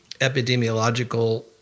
epidemiological